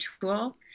tool